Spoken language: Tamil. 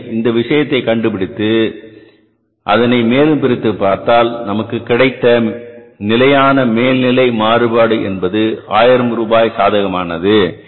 எனவே ஒரு விஷயத்தை கண்டுபிடித்து அதனை மேலும் பிரித்துப் பார்த்தால் நமக்கு கிடைத்த நிலையான மேல்நிலை மாறுபாடு என்பது ரூபாய் 1000 சாதகமானது